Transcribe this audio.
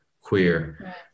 queer